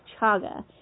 chaga